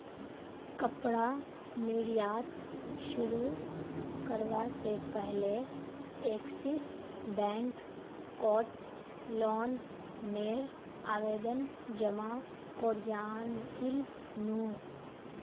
कपड़ा निर्यात शुरू करवा से पहले एक्सिस बैंक कोत लोन नेर आवेदन जमा कोरयांईल नू